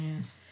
Yes